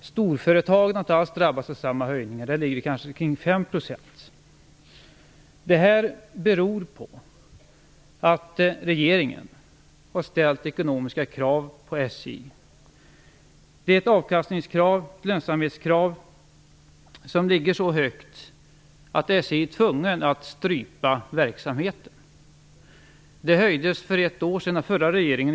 Storföretagen har inte alls drabbats av samma höjningar. Där ligger höjningarna på ca 5 %. Det här beror på att regeringen har ställt ekonomiska krav på SJ. Avkastningskrav och lönsamhetskrav ligger så högt att SJ är tvunget att strypa verksamheten. De höjdes för ett år sedan av den förra regeringen.